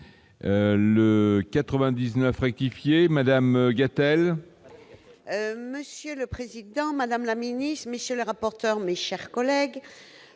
le 99 rectifier madame a-t-elle. Monsieur le Président, Madame la Ministre, Monsieur le rapporteur, mes chers collègues,